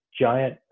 giant